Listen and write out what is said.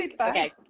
Okay